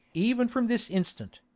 even from this instant,